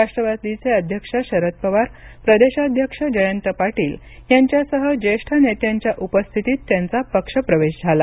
राष्ट्रवादीचे अध्यक्ष शरद पवार प्रदेशाध्यक्ष जयंत पाटील यांच्यासह ज्येष्ठ नेत्यांच्या उपस्थितीत त्यांचा पक्ष प्रवेश झाला